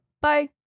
Bye